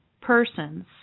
persons